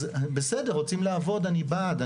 אז בסדר, רוצים לעבוד, אני בעד.